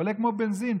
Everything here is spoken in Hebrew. עולה כמו בנזין.